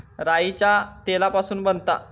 राईच्या तेलापासून बनता